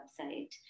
website